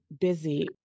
busy